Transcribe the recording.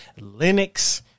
Linux